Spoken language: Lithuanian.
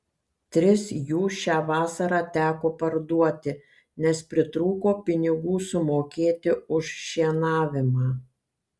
tris jų šią vasarą teko parduoti nes pritrūko pinigų sumokėti už šienavimą